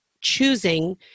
choosing